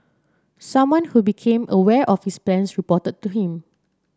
someone who became aware of his plans reported to him